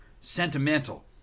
sentimental